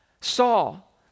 Saul